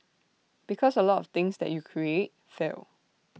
because A lot of things that you create fail